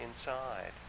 inside